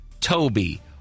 Toby